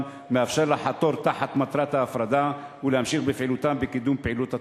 מאפשר לחתור תחת מטרת ההפרדה ולהמשיך בפעילותם בקידום פעילות הטרור.